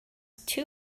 too